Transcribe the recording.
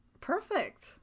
perfect